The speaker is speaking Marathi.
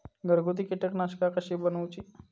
घरगुती कीटकनाशका कशी बनवूची?